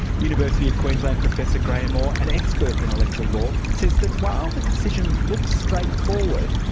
university of queensland professor graeme orr, an expert in electoral law, says that while the decision looks straightforward,